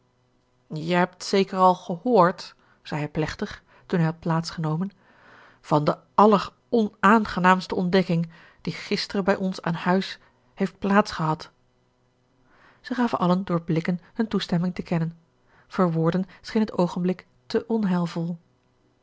je hebt zeker al gehoord zei hij plechtig toen hij had plaats genomen van de alleronaangenaamste ontdekking die gisteren bij ons aan huis heeft plaats gehad zij gaven allen door blikken hun toestemming te kennen voor woorden scheen het oogenblik te onheilvol